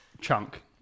chunk